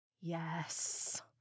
Yes